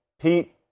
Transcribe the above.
Pete